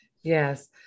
Yes